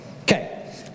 Okay